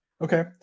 Okay